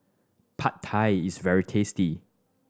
Pad Thai is very tasty